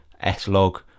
S-Log